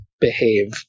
behave